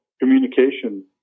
communication